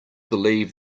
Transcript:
believe